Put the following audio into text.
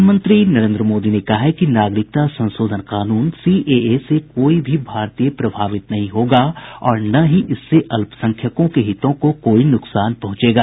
प्रधानमंत्री नरेन्द्र मोदी ने कहा है कि नागरिकता संशोधन कानून सीएए से कोई भी भारतीय प्रभावित नहीं होगा और न ही इससे अल्पसंख्यकों के हितों को कोई नुकसान पहुंचेगा